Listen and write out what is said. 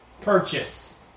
purchase